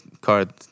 card